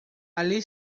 allí